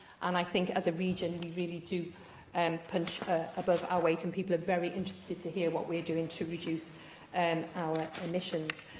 and i think, as a region, and we really do and punch above our weight and people are very interested to hear what we're doing to reduce and our emissions.